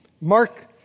Mark